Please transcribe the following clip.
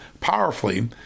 powerfully